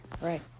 Right